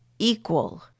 Equal